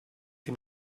den